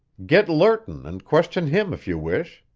get lerton and question him if you wish.